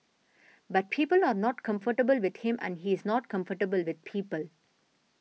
but people are not comfortable with him and he's not comfortable with people